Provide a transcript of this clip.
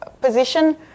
position